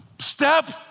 step